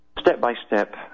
Step-by-step